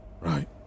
Right